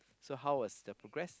so how was the progress